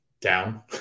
Down